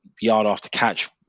yard-after-catch